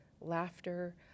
laughter